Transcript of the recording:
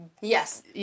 yes